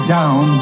down